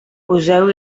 poseu